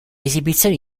esibizioni